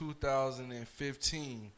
2015